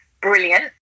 brilliant